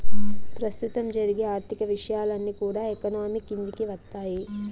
ప్రస్తుతం జరిగే ఆర్థిక విషయాలన్నీ కూడా ఎకానమీ కిందికి వత్తాయి